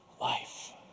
life